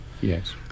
Yes